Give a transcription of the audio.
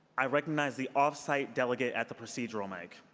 i recognize the off-site delegate at the procedural mic.